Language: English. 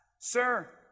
Sir